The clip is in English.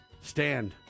stand